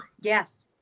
Yes